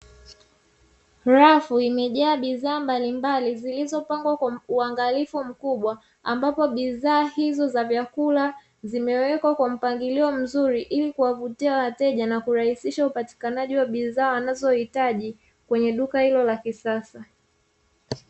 Rafu imejaa bidhaa mbalimbali zilizopangwa kwa uangalifu mkubwa, ambapo bidhaa hizo za vyakula zimewekwa kwa mpangilio mzuri ili kuwavutia wateja na kurahisisha upatikanaji wa bidhaa wanazohitaji kwenye duka hilo la kisasa.